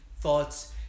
thoughts